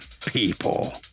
people